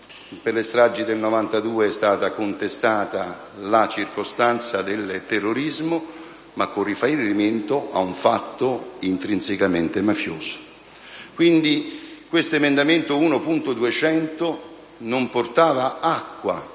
per le stragi del 1992 è stata contestata la circostanza del terrorismo, con riferimento però ad un fatto intrinsecamente mafioso. Quindi l'emendamento 1.200 non portava acqua